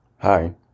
hi